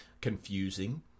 confusing